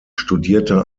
studierte